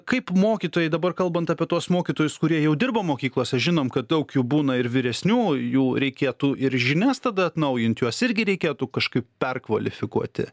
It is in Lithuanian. kaip mokytojai dabar kalbant apie tuos mokytojus kurie jau dirba mokyklose žinom kad daug jų būna ir vyresniųjų jų reikėtų ir žinias tada atnaujint juos irgi reikėtų kažkaip perkvalifikuoti